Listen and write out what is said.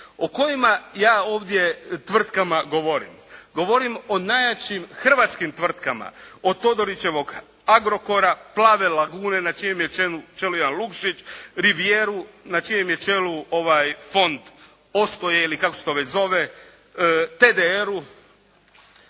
O kojima ja ovdje tvrtkama govorim? Govorim o najjačim hrvatskim tvrtkama, od Todorićevog "Agrokora", "Plave lagune" na čijem je čelu jedan Lukšić, "Rivijeru" na čijem je čelu Fond postoje ili kako se to već zove, TDR-u,